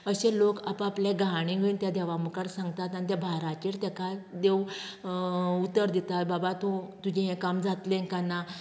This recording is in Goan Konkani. अशें लोक आपआपले गाराणें घेवन त्या देवा मुखार सांगतात आनी ते भाराचेर तेका देव उतर दिता बाबा तूं तुगेलें हें काम जातलें कांय ना